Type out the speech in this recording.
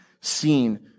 seen